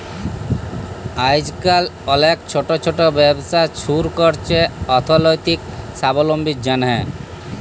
আইজকাল অলেক ছট ছট ব্যবসা ছুরু ক্যরছে অথ্থলৈতিক সাবলম্বীর জ্যনহে